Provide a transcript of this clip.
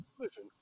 Listen